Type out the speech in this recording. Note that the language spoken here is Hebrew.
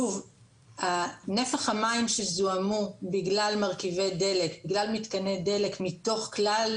נפח המים שזוהמו בגלל מתקני דלק מתוך כלל